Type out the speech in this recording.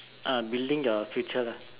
uh building your future lah